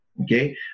okay